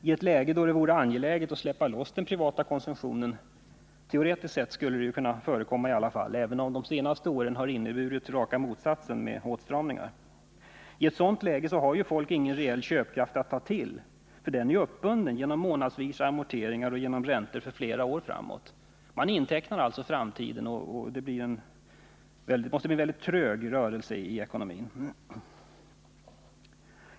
I ett läge då det vore angeläget att släppa loss den privata konsumtionen — teoretiskt sett skulle det ju kunna förekomma, även om de senaste åren inneburit raka motsatsen — har folk ingen reell köpkraft att ta till, för den är uppbunden genom månadsvisa amorteringar och räntor för flera år framåt. Man intecknar alltså framtiden, vilket måste innebära en väldigt trög rörelse i ekonomin.